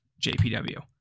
JPW